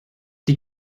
die